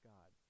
God